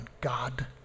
God